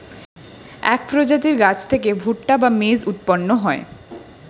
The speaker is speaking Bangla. এক প্রজাতির গাছ থেকে ভুট্টা বা মেজ উৎপন্ন হয়